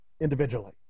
individually